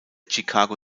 chicago